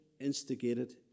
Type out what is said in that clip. instigated